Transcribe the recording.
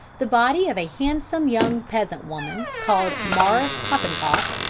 the body of a handsome young peasant woman, called marthe popenkoff,